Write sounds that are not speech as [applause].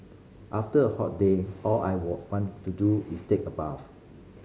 after a hot day all I [unintelligible] want to do is take a bath